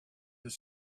his